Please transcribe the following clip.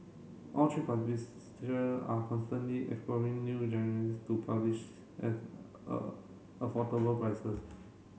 all three are constantly exploring new to publish at a affordable prices